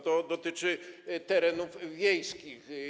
To dotyczy terenów wiejskich.